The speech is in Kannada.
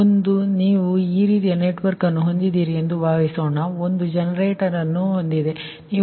ಒಂದು ನೀವು ಈ ರೀತಿಯ ನೆಟ್ವರ್ಕ್ ಹೊಂದಿದ್ದೀರಿ ಎಂದು ಭಾವಿಸೋಣ ಒಂದು ಜನರೇಟರ್ ಅನ್ನು ಹೊಂದಿದೆ ಸರಿ